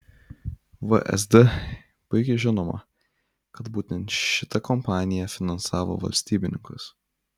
vsd puikiai žinoma kad būtent šita kompanija finansavo valstybininkus